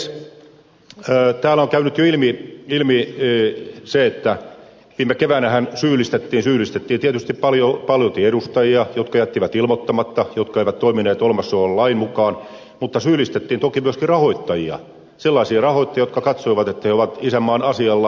täällä on käynyt jo ilmi se että viime keväänähän syyllistettiin syyllistettiin tietysti paljolti edustajia jotka jättivät ilmoittamatta jotka eivät toimineet olemassa olevan lain mukaan mutta syyllistettiin toki myöskin rahoittajia sellaisia rahoittajia jotka katsoivat että ne ovat isänmaan asialla